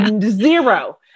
Zero